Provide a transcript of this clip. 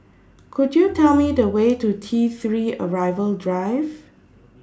Could YOU Tell Me The Way to T three Arrival Drive